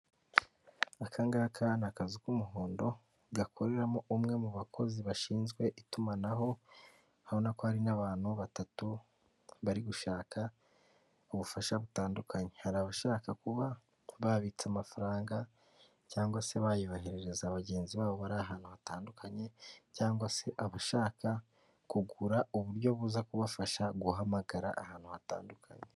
Aka ngaka ni akazu k'umuhondo gakoreramo umwe mu bakozi bashinzwe itumanaho, ubona ko hari n'abantu batatu bari gushaka ubufasha butandukanye, hari abashaka kuba babitse amafaranga cyangwa se bayoherereza bagenzi babo bari ahantu hatandukanye, cyangwa se abashaka kugura uburyo buza kubafasha guhamagara ahantu hatandukanye.